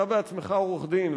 אתה בעצמך עורך-דין,